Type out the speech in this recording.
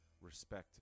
respect